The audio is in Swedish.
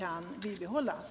kan bibehållas.